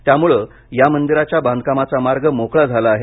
त्यामुळे या मंदिराच्या बांधकामाचा मार्ग मोकळा झाला आहे